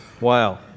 Wow